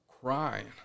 crying